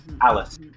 Alice